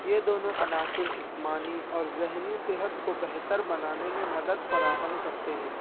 یہ دونوں عناصر جسمانی اور ذہنی صحت کو بہتر بنانے میں مدد فراہم کرتے ہیں